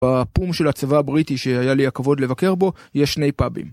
בפום של הצבא הבריטי שהיה לי הכבוד לבקר בו, יש שני פאבים.